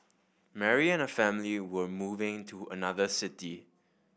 Mary and her family were moving to another city